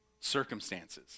circumstances